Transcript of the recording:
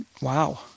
Wow